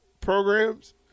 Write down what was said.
programs